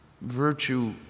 Virtue